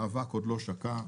האבק עוד לא שקע,